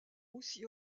aussi